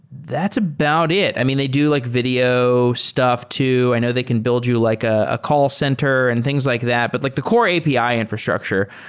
that's about it. i mean they do like video stuff too. i know they can build you like a call center and things like that, but like the core api infrastructure.